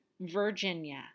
Virginia